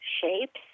shapes